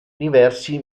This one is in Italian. diversi